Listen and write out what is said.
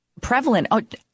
prevalent